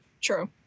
True